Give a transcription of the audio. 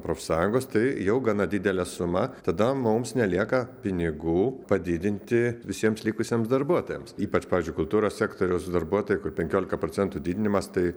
profsąjungos tai jau gana didelė suma tada mums nelieka pinigų padidinti visiems likusiems darbuotojams ypač pavyzdžiui kultūros sektoriaus darbuotojai kur penkiolika procentų didinimas tai